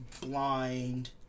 blind